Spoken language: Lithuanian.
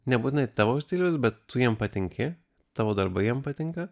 nebūtinai tavo stiliaus bet tu jam patinki tavo darbai jam patinka